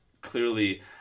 clearly